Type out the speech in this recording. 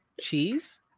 cheese